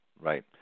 Right